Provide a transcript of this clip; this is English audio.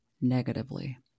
negatively